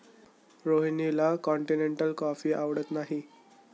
रोहिणीला continental coffee आवडत नाही